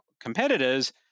competitors